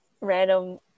random